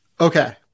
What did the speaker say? Okay